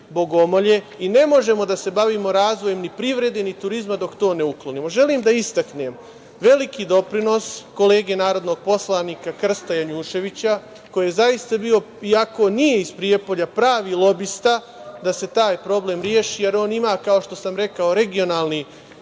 i ne možemo da se bavimo razvojem ni privrede ni turizma dok to ne uklonimo. Želim da istaknem veliki doprinos kolege narodnog poslanika Krsta Janjuševića, koji je zaista bio, iako nije iz Prijepolja, pravi lobista, da se taj problem reši, jer on ima, kao što sam rekao, regionalni